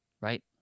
Right